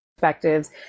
perspectives